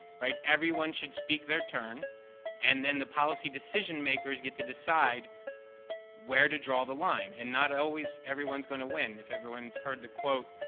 right? everyone should speak their turn and then the policy decision makers get to decide where to draw the line. and not always everyone's going to win. if everyone's heard the quote,